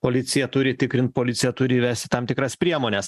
policija turi tikrint policija turi įvesti tam tikras priemones